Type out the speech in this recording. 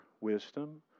wisdom